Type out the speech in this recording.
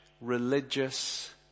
religious